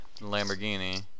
Lamborghini